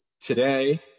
Today